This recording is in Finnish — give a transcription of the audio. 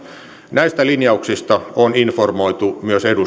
näistä linjauksista on informoitu myös eduskuntaa